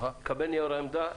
נקבל נייר עמדה,